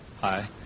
hi